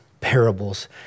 parables